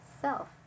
self